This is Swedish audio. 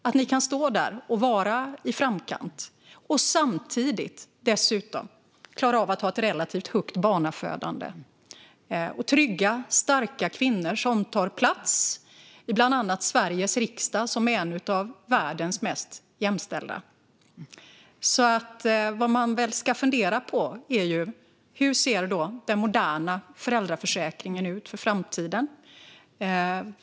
Hur kan ni stå där och vara i framkant och dessutom samtidigt klara av att ha ett relativt högt barnafödande? Vi har trygga, starka kvinnor som tar plats, bland annat i Sveriges riksdag, som är en av världens mest jämställda. Vad man väl ska fundera på är: Hur ser den moderna föräldraförsäkringen ut för framtiden?